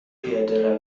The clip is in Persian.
پیاده